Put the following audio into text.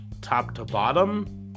top-to-bottom